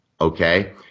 okay